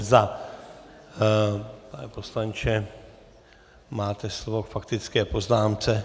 Pane poslanče, máte slovo k faktické poznámce.